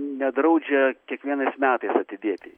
nedraudžia kiekvienais metais atidėti